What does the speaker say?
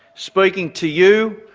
speaking to you,